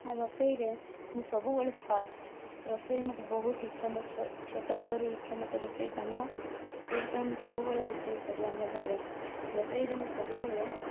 ରୋଷେଇରେ ମୁଁ ସବୁବେଳେ ଫାଷ୍ଟ ରୋଷେଇ ମତେ ବହୁତ ଇଚ୍ଛା ମୁଁ ଛୋ ଛୋଟ ବେଳରୁ ଇଚ୍ଛା ମତେ ରୋଷେଇ କାମ ସେଇଥିପାଇଁ ମୁଁ ସବୁବେଳେ ରୋଷେଇ କରେ ଆମ ଘରେ ରୋଷେଇରେ ମୁଁ ସବୁବେଳେ